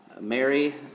Mary